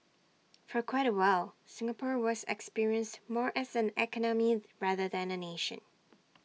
for quite A while Singapore was experienced more as an economy rather than A nation